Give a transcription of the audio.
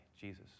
Jesus